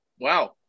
Wow